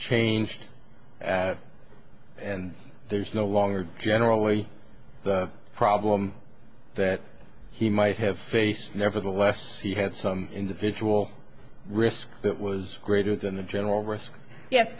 changed and there's no longer generally a problem that he might have faced nevertheless he had some individual risk that was greater than the general risk ye